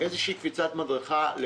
איזו קפיצת מדרגה.